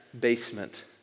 basement